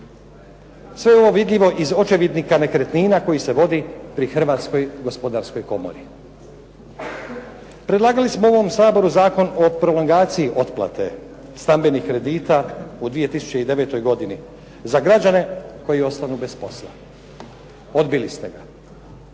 je ovo vidljivo iz očevidnika nekretnina koji se vodi pri Hrvatskoj gospodarskoj komori. Predlagali smo u ovom Saboru Zakon o prolongaciji otplate stambenih kredita u 2009. godini, za građane koji ostanu bez posla. Odbili ste ga.